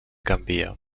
canvia